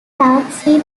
darkseid